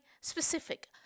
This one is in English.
specific